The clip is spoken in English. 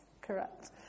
correct